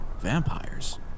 Vampires